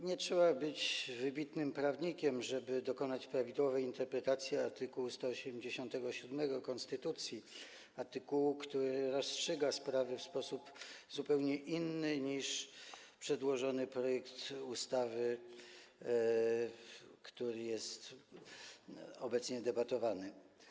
Nie trzeba być wybitnym prawnikiem, żeby dokonać prawidłowej interpretacji art. 187 konstytucji, artykułu, który rozstrzyga sprawę w sposób zupełnie inny niż przedłożony projekt ustawy, nad którym obecnie debatujemy.